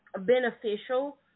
Beneficial